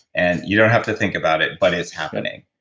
and you don't have to think about it, but it's happening.